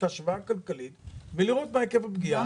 השוואה כלכלית ולראות מה היקף הפגיעה.